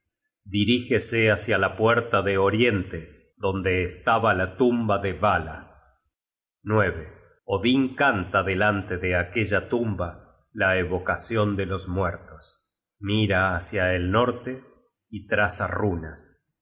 dirígese hácia la puerta del oriente donde estaba la tumba de vala odin canta delante de aquella tumba la evocacion de los muertos mira hácia el norte y traza runas